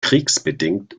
kriegsbedingt